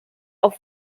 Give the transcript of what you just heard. auf